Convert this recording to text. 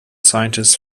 scientist